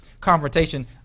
Confrontation